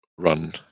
run